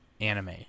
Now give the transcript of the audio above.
anime